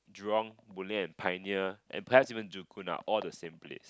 Jurong Boon-Lay and Pioneer and perhaps even Joo-Koon are all the same place